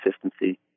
consistency